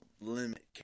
limit